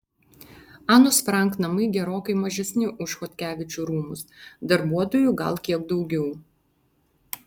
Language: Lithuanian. anos frank namai gerokai mažesni už chodkevičių rūmus darbuotojų gal kiek daugiau